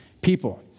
people